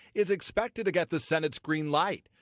is expected to get the senate's green light,